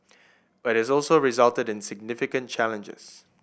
but it also resulted in significant challenges